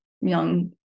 young